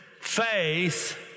faith